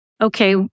okay